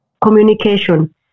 communication